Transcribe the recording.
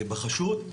בחשוד.